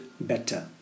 better